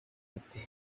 ati